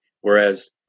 whereas